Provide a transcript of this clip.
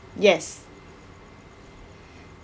yes